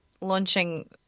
launching